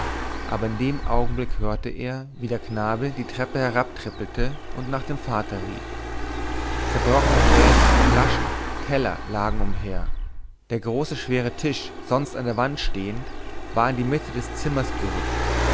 aber in dem augenblick hörte er wie der knabe die treppe herabtrippelte und nach dem vater rief zerbrochene gläser flaschen teller lagen umher der große schwere tisch sonst an der wand stehend war in die mitte des zimmers gerückt